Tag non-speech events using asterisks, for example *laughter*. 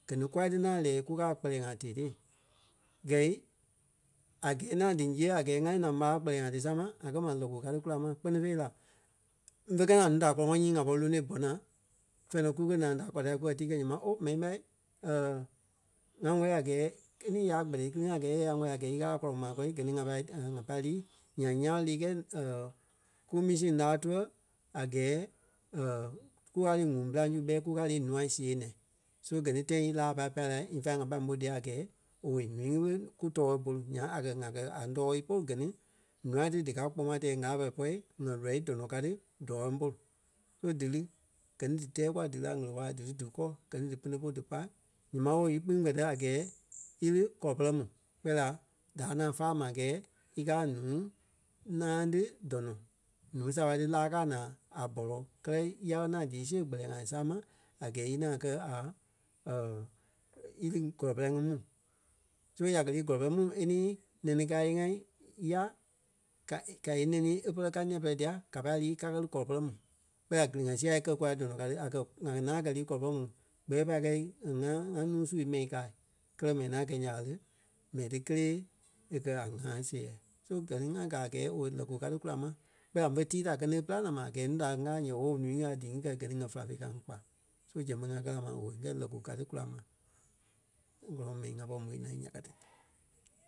Gɛ ni kûa ti ŋaŋ lɛ́ɛ kukaa a kpɛlɛɛ ŋai tee-tée. ŋgɛi a gɛɛ ŋaŋ dí zíɣei a gɛɛ ŋá li naa ḿaraŋ kpɛlɛɛ ŋai dísama ŋa kɛ́ ma lɔki káa ti kula ma kpɛ́ni fêi la ḿve kɛ ni a núu da kɔ́lɔŋɔɔ nyii ŋa pɔri lonôi bɔ́-naa fɛ̂ɛ nɔ kwii kole naloŋ da kwa dia kukɛ tíi kɛi ǹyɛɛ mai ooo mɛni ɓa *hesitation* ŋa wɛ́li a gɛɛ keni yaa kpɛtɛ íkili-ŋa a gɛɛ ya wɛli a gɛɛ í Ɣâla kɔlɔ maa kɔ́ri gɛ ni ŋa pâi *hesitation* ŋa pâi lii nyaŋ ńyãa ɓé líi kɛi *hesitation* kú misi láa túɛ a gɛɛ *hesitation* kukaa líi ŋuŋ pîlaŋ su bɛ kukaa líi nûa siɣei naa. So gɛ ni tãi í láa a pai pâi lai in fact ŋa pâi môi dia a gɛɛ owei ǹúu ŋí ɓé kú too bôlu nyaŋ a kɛ̀ ŋa kɛ́ a tɔ́oi ípolu gɛ ni nûa ti díkaa kpɔ́ maa tɛɛ Ɣâla pɛrɛ pɔ́ ŋá lɔii dɔnɔ ká ti dɔɔi pôlu. So dí lí, gɛ ni dí tɛɛ kûa dí lí a ŋ̀ele-wala dí lí Dukɔ gɛ ni dí pene polu dí pai ǹyɛɛ ma owei íkpîŋ kpɛ́tɛ a gɛɛ íli kɔlɔ pɛrɛ mu kpɛɛ la daa ŋaŋ fáa ma a gɛɛ í kaa a ǹúu náaŋ ti dɔnɔ. Ǹúui saaɓa ti láa kaa naa a bɔlɔ. Kɛlɛ ya ɓé ŋaŋ dí í siɣe kpɛlɛɛ ŋai sama a gɛɛ í ŋaŋ kɛ́ a *hesitation* íli kɔlɔ pɛrɛ ŋí mu. So ya kɛ́ lii kɔlɔ pɛrɛ mu e nii nɛni káa íyee-ŋa ya ka í nɛni e pɛlɛ ka nîa-pɛlɛɛ dia ka pai lii kakɛ lí kɔlɔ pɛrɛ mu. Kpɛɛ la gili-ŋa sia kɛ kûa dɔnɔ ka ti. A kɛ̀ ŋá lí ŋaŋ kɛ lii kɔlɔ pɛrɛ mu gbɛ̂ɛ pai kɛi e ŋa ŋá nuu su mɛi kaa. Kɛ́lɛ mɛni ŋá gɛ nya ɓa le, mɛni ti kelee e kɛ̀ a ŋaa-séɛɛ. So gɛ ni ŋa gaa a gɛɛ owei lɔku ka ti kula ma kpɛɛ la fe tíi da kɛ ni e pîlaŋ la ma a gɛɛ núu da a ŋ́gaa ǹyɛɛ ooo ǹúui ŋí a díi ŋí kɛ̀ gɛ ni ŋa fɛ́la féi ka ŋí kpa. So sɛŋ ɓé ŋa kɛ la ma owei ńyɛɛ lɔku ka ti kula ma. ŋa gɔlɔŋ mɛni ŋa pɔri naa ya ka ti.